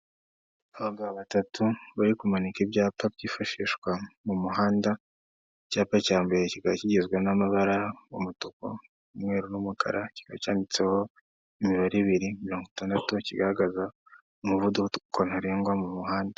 Abagabo batatu bari kumanika ibyapa byifashishwa mu muhanda, icyapa cya mbere kikaba kigizwe n'amabara umutuku umweru n'umukara kiba cyanditseho imibare ibiri mirongo itandatu kigaragaza umuvuduko ko ntarengwa mu muhanda.